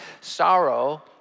sorrow